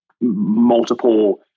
multiple